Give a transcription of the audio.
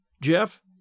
Jeff